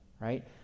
right